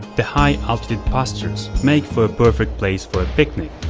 the high-altitude pastures make for a perfect place for a picnic